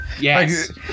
Yes